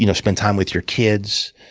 you know spend time with your kids,